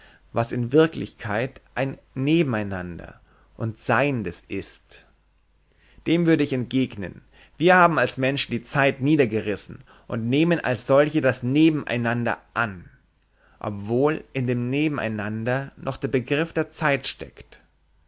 was in wirklichkeit ein nebeneinander und seiendes ist dem würde ich entgegnen wir haben als menschen die zeit niedergerissen und nehmen als solche das nebeneinander an obwohl in dem nebeneinander noch der begriff der zeit steckt